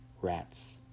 rats